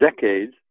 decades